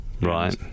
right